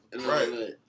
Right